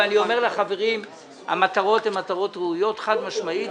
ואני אומר לחברים שהמטרות הן מטרות ראויות חד-משמעית.